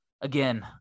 again